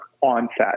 onset